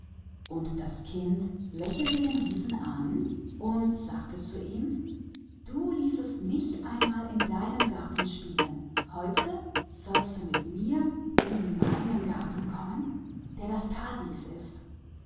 und das kind lächelte den riesen an und sprach zu ihm du ließest mich einst in deinem garten spielen heute sollst du mit mir kommen in meinen garten in das paradies und